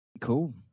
Cool